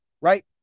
right